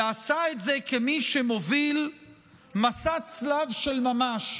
ועשה את זה כמי שמוביל מסע צלב של ממש,